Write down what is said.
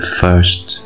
first